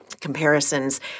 comparisons